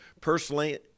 Personally